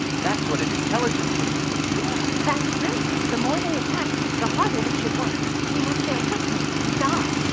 that's what an intelligent person would do. yeah that's true. the more they attack, the harder we should work we must bear witness to god.